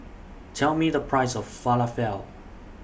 Tell Me The Price of Falafel